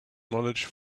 knowledge